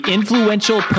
Influential